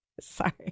Sorry